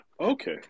Okay